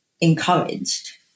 encouraged